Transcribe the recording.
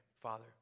Father